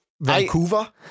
Vancouver